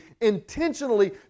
intentionally